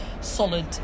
solid